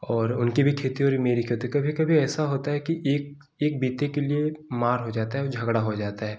और उनकी भी खेती हो रही मेरी खेती कभी कभी ऐसा होता है कि एक एक बित्ते के लिए मार हो जाता है और झगड़ हो जाता है